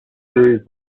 series